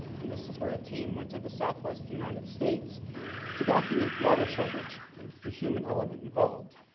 and this is where a team went to the southwest united states to document water shortage and the human element involved.